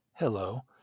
Hello